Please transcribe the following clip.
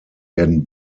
werden